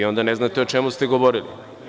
Vi onda ne znate o čemu ste govorili.